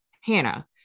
Hannah